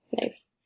Nice